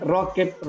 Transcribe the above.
Rocket